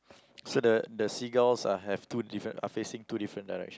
so the the seagulls are have two different are facing two different direct